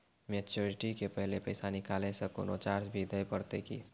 Maturity के पहले पैसा निकालै से कोनो चार्ज भी देत परतै की?